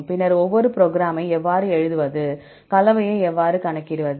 பின்னர் ஒரு ப்ரோக்ராமை எவ்வாறு எழுதுவது கலவையை எவ்வாறு கணக்கிடுவது